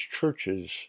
churches